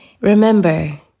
Remember